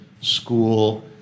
school